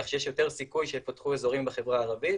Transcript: כך שיש יותר סיכוי שיפותחו אזורים בחברה הערבית